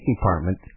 Department